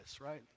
right